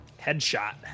headshot